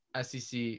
SEC